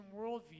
worldview